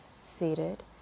seated